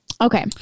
okay